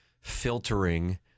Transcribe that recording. filtering